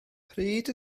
pryd